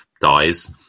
dies